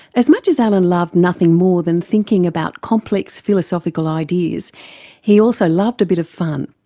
as much as alan loved nothing more than thinking about complex philosophical ideas he also loved a bit of fun.